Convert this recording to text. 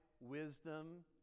wisdom